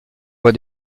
voie